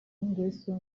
nguesso